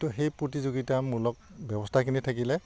কিন্তু সেই প্ৰতিযোগিতামূলক ব্যৱস্থাখিনি থাকিলে